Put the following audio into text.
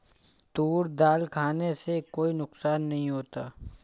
तूर दाल खाने से कोई नुकसान नहीं होता